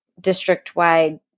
district-wide